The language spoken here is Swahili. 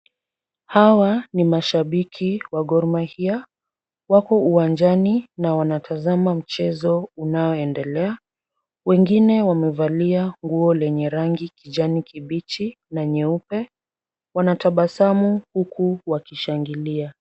Hawa ni mashabiki wa Gor Mahia. Wako uwanjani na wanatazama mchezo unaoendelea. Wengine wamevalia nguo lenye rangi kijani kibichi na nyeupe. Wanatabasamu huku wakishangilia.